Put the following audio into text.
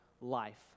life